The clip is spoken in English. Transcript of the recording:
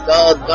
God